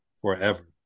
forever